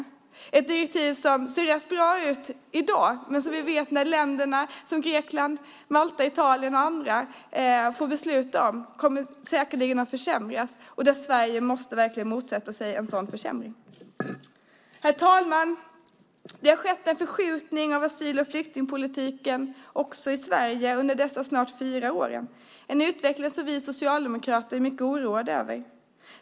Det är ett direktiv som ser rätt bra ut i dag men som, om länder som Grekland, Malta och Italien och andra får besluta, säkerligen kommer att försämras. Sverige måste verkligen motsätta sig en försämring. Herr talman! Det har skett en förskjutning av asyl och flyktingpolitiken i Sverige under dessa snart fyra år, en utveckling som vi socialdemokrater är oroade över.